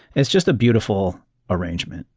it's just a beautiful arrangement.